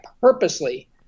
purposely